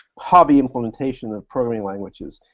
hobby implementation of programming languages.